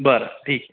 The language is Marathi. बरं ठीक